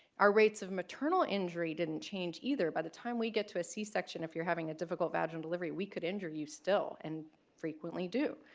our rates of maternal injury didn't change either. by the time we get to a c-section, if you're having a difficult delivery we could injure you still and frequently do.